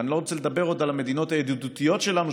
ואני לא רוצה לדבר עוד על המדינות הידידותיות שלנו,